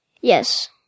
Yes